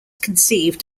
conceived